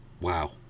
Wow